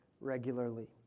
regularly